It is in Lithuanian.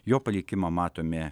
jo palikimą matome